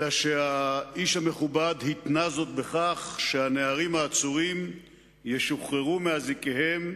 אלא שהאיש המכובד התנה זאת בכך שהנערים העצורים ישוחררו מאזיקיהם,